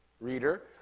reader